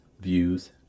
views